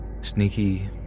Sneaky